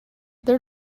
their